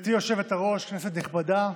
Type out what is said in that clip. גברתי היושבת-ראש, כנסת נכבדה,